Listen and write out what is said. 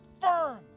firm